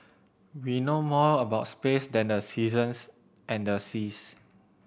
we know more about space than the seasons and the seas